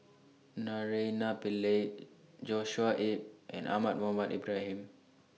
Naraina Pillai Joshua Ip and Ahmad Mohamed Ibrahim